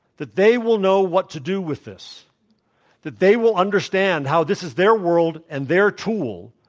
that they will know what to do with this that they will understand how this is their world and their tool.